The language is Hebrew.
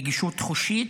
נגישות חושית,